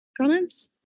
comments